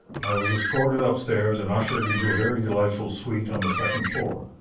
i was escorted upstairs and ushered into a very delightful suite on the second floor.